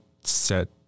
set